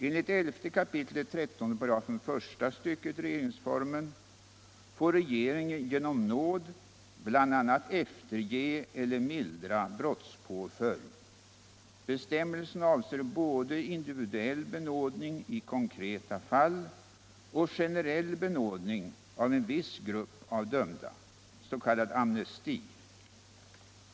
Enligt 11 kap. 13 § första stycket regeringsformen får regeringen genom nåd bl.a. efterge eller mildra brottspåföljd. Bestämmelsen avser både individuell benådning i konkreta fall och generell benådning av en viss grupp av dömda, s.k. amnesti.